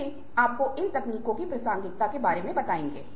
इसलिए इन बातों का ध्यान रखा जाना चाहिए